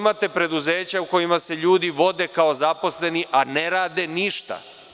Koliko imate preduzeća u kojima se ljudi vode kao zaposleni, a ne rade ništa?